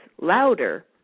louder